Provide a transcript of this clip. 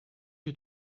you